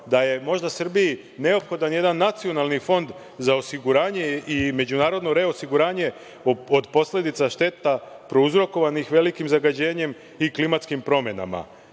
da je možda Srbiji neophodan jedan nacionalni fond za osiguranje i međunarodno reosiguranje od posledica šteta prouzrokovanih velikim zagađenjem i klimatskim promenama.